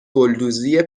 گلدوزی